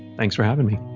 thanks for having me